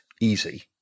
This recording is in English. easy